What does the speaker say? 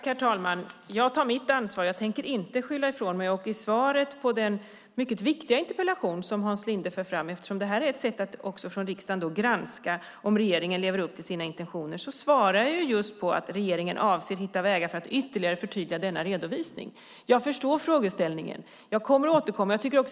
Herr talman! Jag tar mitt ansvar. Jag tänker inte skylla ifrån mig. I svaret på den mycket viktiga interpellation som Hans Linde för fram - detta är ett sätt att från riksdagen granska om regeringen lever upp till sina intentioner - svarar jag att regeringen avser att hitta vägar för att ytterligare förtydliga denna redovisning. Jag förstår frågeställningen och kommer att återkomma.